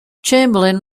chamberlain